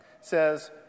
says